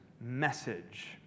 message